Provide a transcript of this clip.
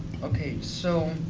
okay, so,